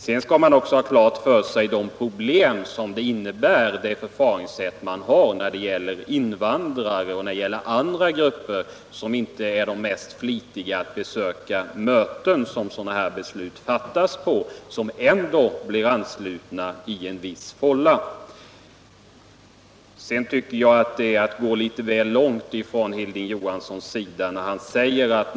Sedan skall man också ha klart för sig vilka problem detta förfaringssätt med kollektivanslutning innebär för t.ex. invandrare och andra grupper som inte tillhör de mest flitiga när det gäller att besöka de möten, där sådana här beslut fattas. Dessa blir ändå anslutna och kommer in i en viss politisk fålla. Sedan tycker jag nog att Hilding Johansson går litet väl långt.